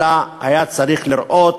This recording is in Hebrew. אלא היה צריך לראות,